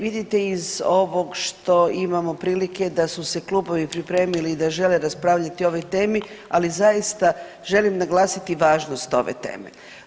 Vidite iz ovog što imamo prilike da su se klubovi pripremili i da žele raspravljati o ovoj temi, ali zaista želim naglasiti važnost ove teme.